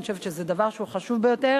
אני חושבת שזה דבר חשוב ביותר,